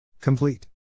Complete